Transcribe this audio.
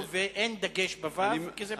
אין שווא בווי"ו כי זה בערבית.